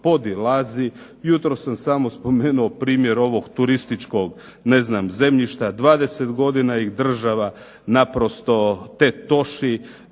podilazi. Jutros sam samo spomenuo primjer ovog turističkog zemljišta. 20 godina iz država naprosto tetoši.